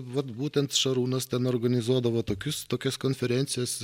vat būtent šarūnas ten organizuodavo tokius tokias konferencijas